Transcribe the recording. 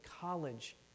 college